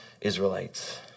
Israelites